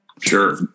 Sure